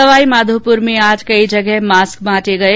सवाईमाघोपुर में कई जगह मास्क बांटे गये